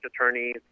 attorneys